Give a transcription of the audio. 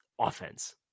offense